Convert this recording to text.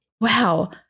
wow